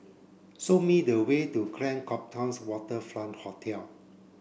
show me the way to Grand Copthorne Waterfront Hotel